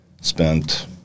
spent